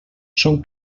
són